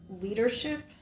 leadership